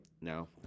no